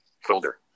Folder